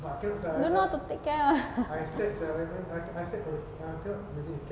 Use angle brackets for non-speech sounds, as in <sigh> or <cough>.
don't know how to take care ah <laughs>